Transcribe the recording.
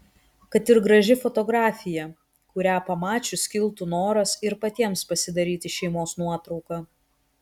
kad ir graži fotografija kurią pamačius kiltų noras ir patiems pasidaryti šeimos nuotrauką